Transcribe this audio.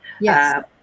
yes